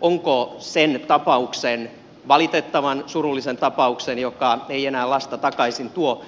onko sen tapauksen valitettavan surullisen tapauksen joka ei enää lasta takaisin tuo